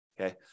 okay